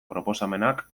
proposamenak